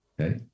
okay